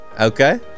Okay